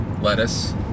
lettuce